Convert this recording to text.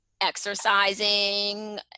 exercising